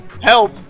help